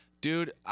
Dude